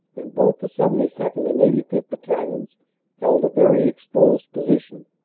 and both the seventy second. and eighty fifth. battalions held a very exposed position.